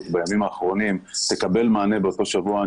בימים האחרונים תקבל מענה באותו שבוע,